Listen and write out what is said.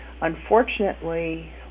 Unfortunately